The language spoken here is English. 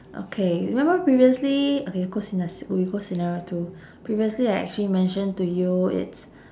okay remember previously okay go scena~ sce~ g~ we go scenario two previously I actually mention to you it's